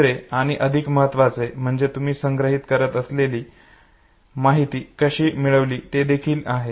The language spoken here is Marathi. तिसरे आणि अधिक महत्त्वाचे म्हणजे तुम्ही संग्रहित करत असलेली माहिती कशी मिळवली हे देखील आहे